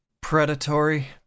Predatory